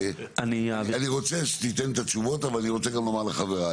אני רוצה שתיתן את התשובות אבל אני רוצה גם לומר לחברי,